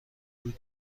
دوگ